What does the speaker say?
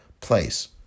place